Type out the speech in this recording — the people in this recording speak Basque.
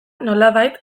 nolabait